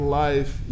life